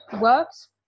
works